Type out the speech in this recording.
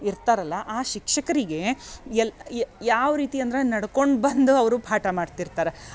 ಇರ್ತಾರಲ್ಲ ಆ ಶಿಕ್ಷಕರಿಗೆ ಎಲ್ಲಿ ಯಾವ ರೀತಿ ಅಂದ್ರೆ ನಡ್ಕೊಂಡು ಬಂದು ಅವರು ಪಾಠ ಮಾಡ್ತಿರ್ತಾರೆ